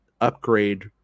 upgrade